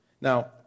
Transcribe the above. Now